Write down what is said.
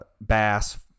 bass